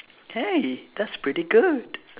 hey that's pretty good